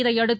இதனையடுத்து